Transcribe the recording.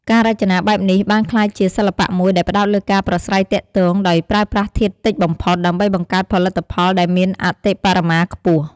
ការរចនាបែបនេះបានក្លាយជា សិល្បៈមួយដែលផ្ដោតលើការប្រាស្រ័យទាក់ទង ដោយប្រើប្រាស់ធាតុតិចបំផុត ដើម្បីបង្កើតផលិតផលដែលមានអតិបរមាខ្ពស់ ។